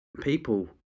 people